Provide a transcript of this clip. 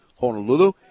Honolulu